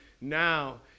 now